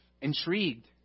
intrigued